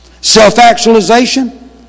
self-actualization